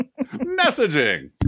Messaging